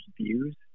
views